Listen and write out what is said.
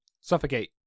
suffocate